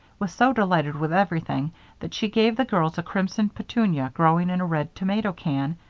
was so delighted with everything that she gave the girls a crimson petunia growing in a red tomato can,